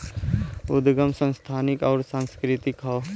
उदगम संस्थानिक अउर सांस्कृतिक हौ